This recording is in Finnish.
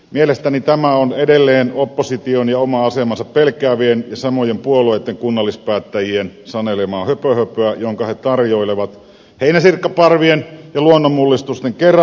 mielestäni tämä on edelleen opposition ja oman asemansa puolesta pelkäävien ja samojen puolueitten kunnallispäättäjien sanelemaa höpöhöpöä jonka he tarjoilevat heinäsirkkaparvien ja luonnonmullistusten kera